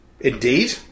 Indeed